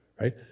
right